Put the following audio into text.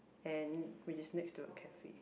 and which is next to a cafe